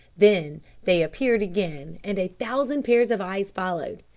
then they appeared again, and a thousand pairs of eyes followed.